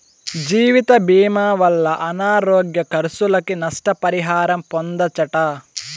జీవితభీమా వల్ల అనారోగ్య కర్సులకి, నష్ట పరిహారం పొందచ్చట